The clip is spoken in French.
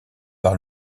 par